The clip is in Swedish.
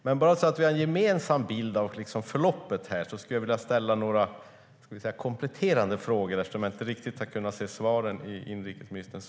Men för att vi ska få en gemensam bild av förloppet vill jag ställa några kompletterande frågor eftersom jag inte riktigt fick svar från inrikesministern.